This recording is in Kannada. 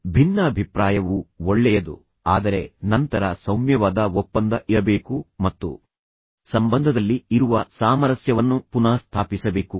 ಆದ್ದರಿಂದ ಭಿನ್ನಾಭಿಪ್ರಾಯವು ಒಳ್ಳೆಯದು ಆದರೆ ಭಿನ್ನಾಭಿಪ್ರಾಯದ ನಂತರ ಸೌಮ್ಯವಾದ ಒಪ್ಪಂದ ಇರಬೇಕು ಮತ್ತು ಸಂಬಂಧದಲ್ಲಿ ಇರುವ ಸಾಮರಸ್ಯವನ್ನು ಪುನಃಸ್ಥಾಪಿಸಬೇಕು